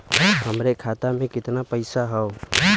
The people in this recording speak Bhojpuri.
हमरे खाता में कितना पईसा हौ?